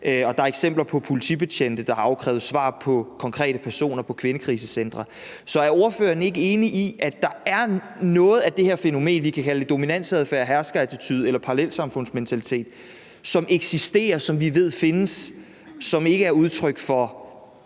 der er eksempler på politibetjente, der har krævet svar om konkrete personer på kvindekrisecentre. Så er ordføreren ikke enig i, at der er noget af det her fænomen – vi kan kalde det dominansadfærd, herskerattitude eller parallelsamfundsmentalitet – som eksisterer, som vi ved findes, og som ikke er udtryk for